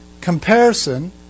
comparison